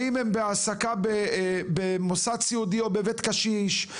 האם הן בהעסקה במוסד סיעודי או בבית קשיש,